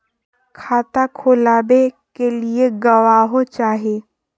खाता खोलाबे के लिए गवाहों चाही?